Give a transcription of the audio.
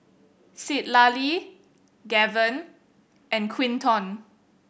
Citlali Gaven and Quinton